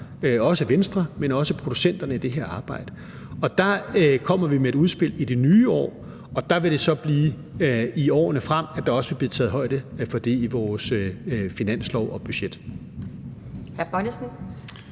Venstre, men også producenterne i det her arbejde. Der kommer vi med et udspil i det nye år, og det vil så også blive i årene frem, at der vil blive taget højde for det i vores finanslove og budget.